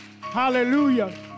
Hallelujah